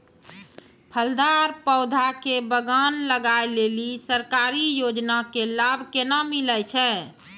फलदार पौधा के बगान लगाय लेली सरकारी योजना के लाभ केना मिलै छै?